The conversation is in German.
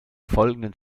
folgenden